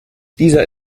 dieser